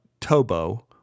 Tobo